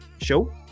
show